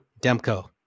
Demko